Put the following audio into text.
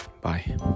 Bye